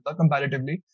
comparatively